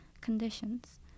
conditions